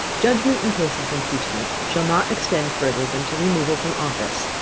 judgment in cases of impeachment shall not extend further than to removal from office,